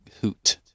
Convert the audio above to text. hoot